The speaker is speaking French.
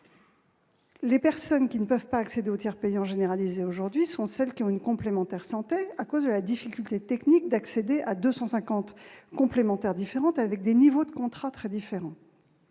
les patients qui ne peuvent pas accéder au tiers payant généralisé sont ceux qui ont une complémentaire santé, en raison de la difficulté technique d'accéder à 250 complémentaires différentes, avec des niveaux de contrats très hétérogènes.